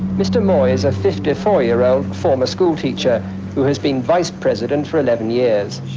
mr moi is a fifty four year old former school teacher who has been vice-president for eleven years.